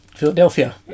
Philadelphia